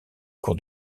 cours